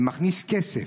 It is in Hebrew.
זה מכניס כסף,